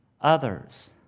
others